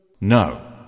No